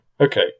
Okay